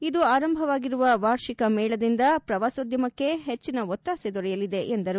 ಇಂದು ಆರಂಭವಾಗಿರುವ ವಾರ್ಷಿಕ ಮೇಳದಿಂದ ಪ್ರವಾಸೋದ್ಧಮಕ್ಕೆ ಹೆಚ್ಚಿನ ಒತ್ತಾಸೆ ದೊರೆಯಲಿದೆ ಎಂದರು